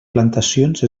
plantacions